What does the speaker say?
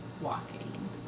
walking